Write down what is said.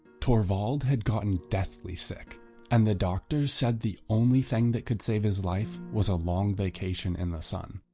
torvald had gotten deathly sick and the doctors said the only thing that could save his life was a long vacation in the sun.